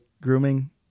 grooming